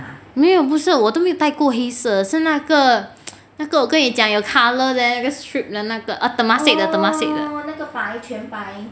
没有不是我都没有带过那个黑色是那个那个我跟你讲有 colour then 那个 stripped 的那个 err temasek 的 temasek 的